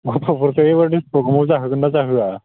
गथ'फोरखौ एवारनेस प्रग्रामाव जाहोगोन ना जाहोया